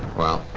well,